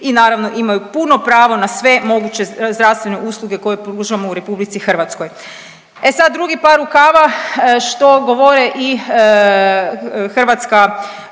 i naravno imaju puno pravo na sve moguće zdravstvene usluge koje pružamo u RH. E sad drugi par rukava što govore i Hrvatska